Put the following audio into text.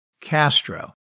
Castro